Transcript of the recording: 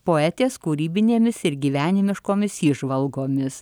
poetės kūrybinėmis ir gyvenimiškomis įžvalgomis